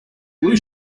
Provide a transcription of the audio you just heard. blue